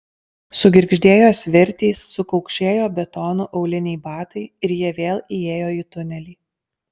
sugirgždėjo svirtys sukaukšėjo betonu auliniai batai ir jie vėl įėjo į tunelį